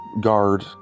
guard